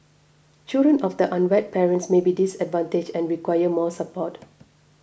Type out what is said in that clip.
children of the unwed parents may be disadvantaged and require more support